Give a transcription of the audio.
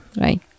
right